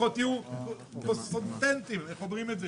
לפחות תהיו קונסיסטנטיים, איך אומרים את זה?